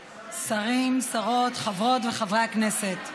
שרים, שרות, חברות וחברי הכנסת,